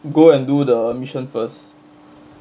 go and do the mission first